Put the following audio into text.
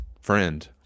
friend